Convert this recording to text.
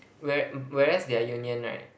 where whereas their union right